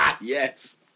Yes